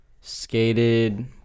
skated